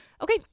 Okay